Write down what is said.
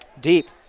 deep